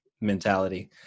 mentality